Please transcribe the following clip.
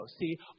See